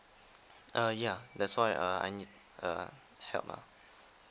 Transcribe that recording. uh ya that's why err I need a help ah